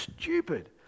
stupid